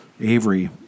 Avery